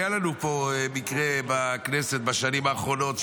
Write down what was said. היה לנו פה מקרה בכנסת בשנים האחרונות,